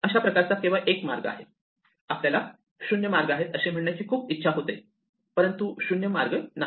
अशा प्रकारचा केवळ 1 मार्ग आहे आपल्याला 0 मार्ग आहेत असे म्हणण्याची खूप इच्छा होते परंतु 0 मार्ग नाही